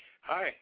Hi